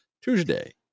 Tuesday